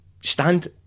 Stand